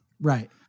Right